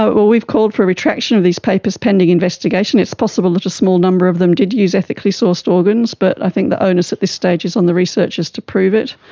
but well, we've called for a retraction of these papers pending investigation. it's possible that a small number of them did use ethically sourced organs but i think the onus at this stage is on the researchers to prove it.